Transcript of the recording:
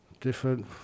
different